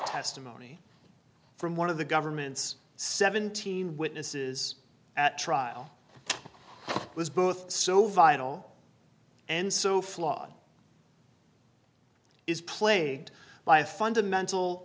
testimony from one of the government's seventeen witnesses at trial was both so vital and so flawed is plagued by a fundamental